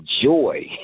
joy